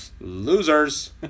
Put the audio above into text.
Losers